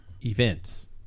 events